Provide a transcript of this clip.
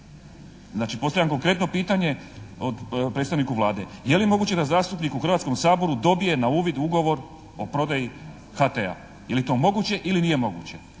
Znači, postavljam konkretno pitanje predstavniku Vlade. Je li moguće da zastupnik u Hrvatskom saboru dobije na uvid ugovor o prodaji HT-a? Je li to moguće ili nije moguće?